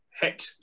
hit